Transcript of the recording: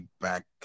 back